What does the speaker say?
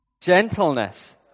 gentleness